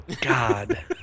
god